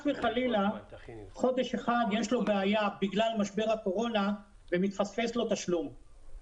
וחלילה חודש אחד יש לו בעיה בגלל משבר הקורונה ומתפספס לו תשלום.